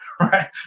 right